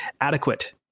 Adequate